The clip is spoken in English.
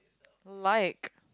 like